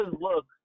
look